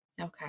Okay